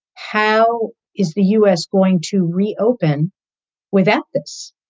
how is the us going to reopen without this?